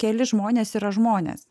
keli žmonės yra žmonės